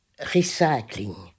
recycling